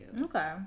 okay